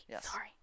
sorry